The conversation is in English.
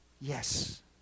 yes